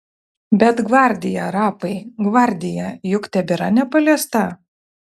bet gvardija rapai gvardija juk tebėra nepaliesta